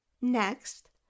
Next